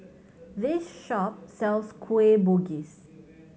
this shop sells Kueh Bugis